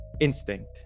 instinct